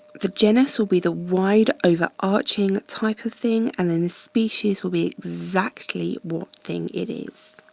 the genus will be the wide overarching type of thing and then the species will be exactly what thing it is.